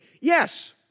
Yes